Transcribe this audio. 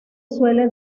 suele